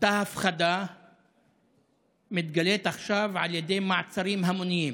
אותה הפחדה מתגלית עכשיו על ידי מעצרים המוניים.